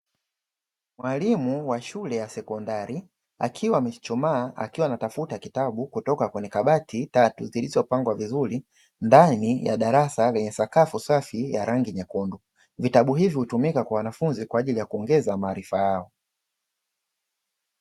Mwalimu wa shule ya sekondari akiwa ameshuchumaa akiwa anatafuta kitabu kutoka kwenye kabati tatu zilizopangwa vizuri ndani ya darasa lenye sakafu safi ya rangi nyekundu, vitabu hivyo hutumika kwa wanafunzi kwa ajili ya kuongeza maarifa yao.